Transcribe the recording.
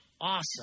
awesome